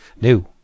New